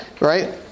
right